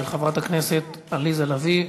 של חברת הכנסת עליזה לביא,